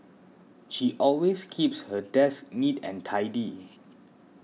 she always keeps her desk neat and tidy